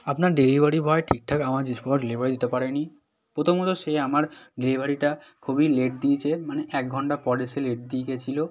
আপনার delivery boy ঠিকঠাক আমার জিনিসপত্র ডেলিভারি দিতে পারেনি প্রথমত সে আমার ডেলিভারিটা খুবই লেট দিয়েছে মানে এক ঘণ্টা পর এসে লেট দিয়ে গিয়েছিল